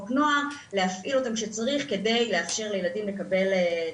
להפעיל אותם כשצריך כדי לאפשר לילדים לקבל טיפול.